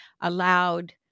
allowed